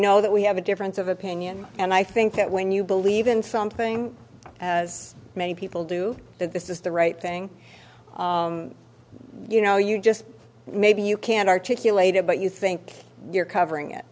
know that we have a difference of opinion and i think that when you believe in something as many people do that this is the right thing you know you just maybe you can't articulate it but you think you're covering it